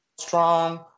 strong